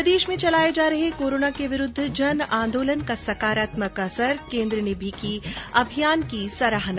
प्रदेश में चलाए जा रहे कोरोना के विरूद्व जन आंदोलन का सकारात्मक असर केन्द्र ने की अभियान सराहना